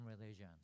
religion